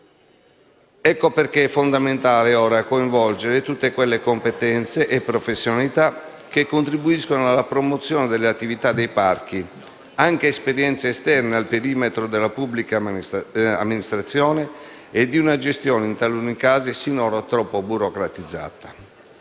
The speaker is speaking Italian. Ecco perché è fondamentale ora coinvolgere tutte quelle competenze e professionalità che contribuiscano alla promozione delle attività dei parchi, anche esperienze esterne al perimetro della pubblica amministrazione e di una gestione, in taluni casi, sinora troppo burocratizzata.